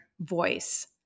voice